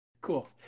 Cool